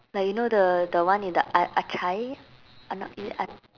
like you know the the one in the a~ achai no is it a~